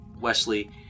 Wesley